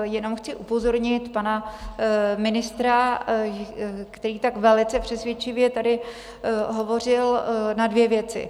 Jenom chci upozornit pana ministra, který tak velice přesvědčivě tady hovořil, na dvě věci.